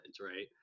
Right